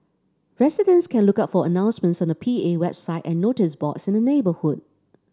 residents can look out for announcements on the P A website and notice boards in the neighbourhood